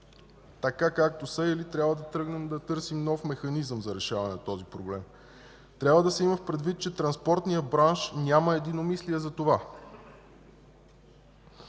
така както са или трябва да тръгнем да търсим нов механизъм за решаване на този проблем. Трябва да се има предвид, че в транспортния бранш няма единомислие за това,